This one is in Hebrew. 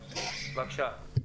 האזרח, בבקשה.